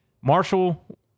Marshall